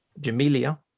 Jamelia